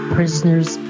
Prisoners